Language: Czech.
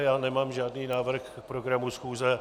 Já nemám žádný návrh k programu schůze.